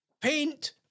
Paint